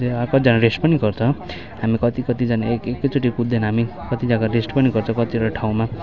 अब कतिजना रेस्ट पनि गर्छ हामी कति कतिजना एक एकैचोटि कुद्दैन हामी कति जग्गा रेस्ट पनि गर्छ कतिवटा ठाउँमा